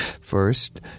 First